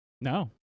No